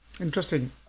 Interesting